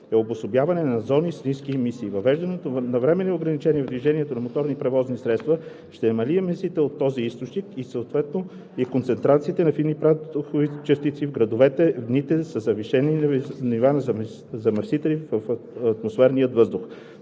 е обособяване на зони с ниски емисии. Въвеждането на временни ограничения в движението на моторни превозни средства ще намали емисиите от този източник, а съответно и концентрациите на фини прахови частици в градовете, в дните със завишени нива на замърсители в атмосферния въздух.